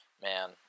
Man